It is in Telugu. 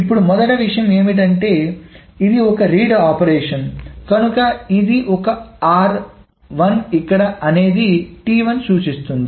ఇప్పుడు మొదటి విషయం ఏమిటంటే ఇది ఒక రీడ్ ఆపరేషన్ కనుక ఇది ఒక r ఇక్కడ 1 అనేది ను సూచిస్తుంది